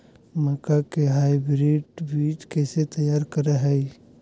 मक्का के हाइब्रिड बीज कैसे तैयार करय हैय?